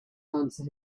answer